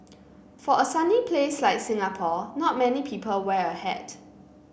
for a sunny place like Singapore not many people wear a hat